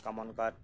common cup